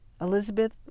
Elizabeth